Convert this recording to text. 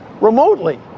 remotely